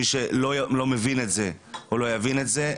מי שלא מבין את זה או לא יבין את זה,